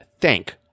thank